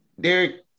Derek